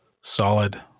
Solid